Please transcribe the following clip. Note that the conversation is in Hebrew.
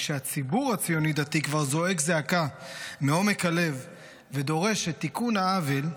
כשהציבור הציוני דתי כבר זועק זעקה מעומק הלב ודורש את תיקון העוול,